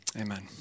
Amen